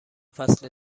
فصل